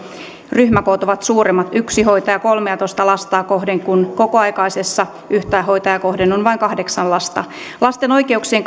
ryhmäkoot ovat suuremmat yksi hoitaja kolmeatoista lasta kohden kun kokoaikaisessa yhtä hoitajaa kohden on vain kahdeksan lasta lasten oikeuksien